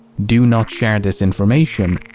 do not share this information.